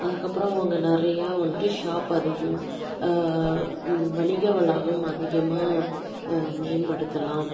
அதுக்கப்புறோம் அங்கே நிறையா வந்துட்டு ஷாப் அதிகமாக வணிக வளாகம் அதிகமாக மேம்படுத்தலாம்